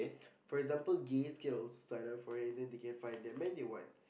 for example gay skill sign up for it then they can find their man they want